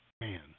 man